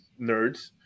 nerds